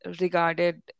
regarded